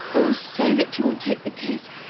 oh, say that you will take the case,